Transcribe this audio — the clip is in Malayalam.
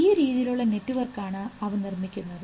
ഈ രീതിയിലുള്ള നെറ്റ്വർക്കാണ് അവ നിർമ്മിക്കുന്നത്